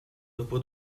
dopo